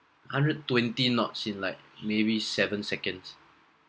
hundred twenty knots in like maybe seven seconds